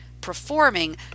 performing